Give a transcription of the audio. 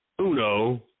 uno